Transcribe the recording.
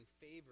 favor